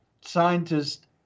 scientists